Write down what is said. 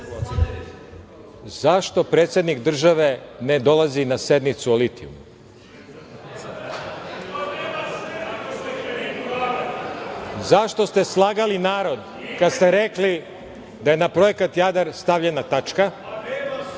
zašto predsednik države ne dolazi na sednicu o litijumu? Zašto ste slagali narod kada ste rekli da je na projekat Jadar stavljena tačka?